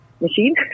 machine